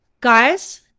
guys